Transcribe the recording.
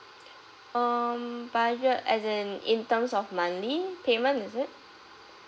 um budget as in in terms of money payment is it